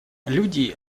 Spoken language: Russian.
люди